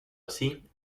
así